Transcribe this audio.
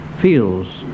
feels